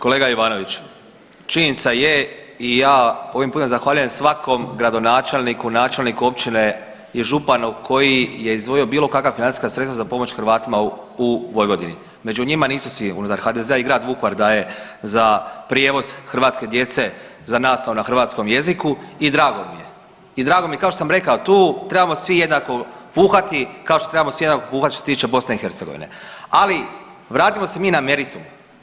Kolega, kolega Ivanović, činjenica je i ja ovim putem zahvaljujem svakom gradonačelniku i načelniku općine i županu koji je izdvojio bilo kakva financijska sredstva za pomoć Hrvatima u Vojvodini, među njima nisu svi, unutar HDZ-a i grad Vukovar daje za prijevoz hrvatske djece, za nastavu na hrvatskom jeziku i drago mi je i drago mi je, kao što sam rekao tu trebamo svi jednako puhati, kao što trebamo svi jednako puhati što se tiče BiH, ali vratimo se mi na meritum.